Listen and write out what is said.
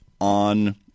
on